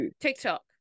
TikTok